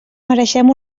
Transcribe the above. mereixem